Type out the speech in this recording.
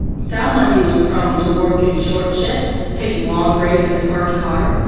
sal mundy was prone to working short shifts, taking long breaks in his parked car,